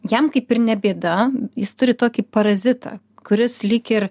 jam kaip ir ne bėda jis turi tokį parazitą kuris lyg ir